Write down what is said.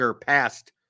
passed